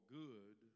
good